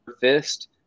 fist